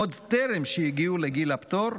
עוד טרם שהגיעו לגיל הפטור,